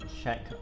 check